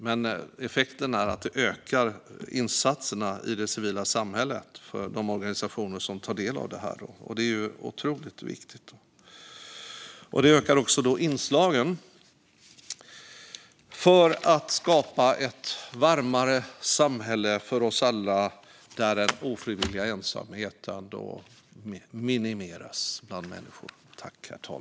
Men effekten är att det ökar insatserna från det civila samhället genom de organisationer som tar del av detta, och det är otroligt viktigt. Det ökar möjligheterna att skapa ett varmare samhälle för oss alla där den ofrivilliga ensamheten bland människor minimeras.